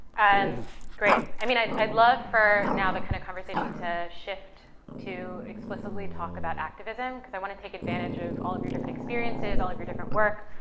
and great. i mean, i'd i'd love for now the kind of conversation to shift to explicitly talk about activism, cause i wanna take advantage of all of your different experiences, all of your different work,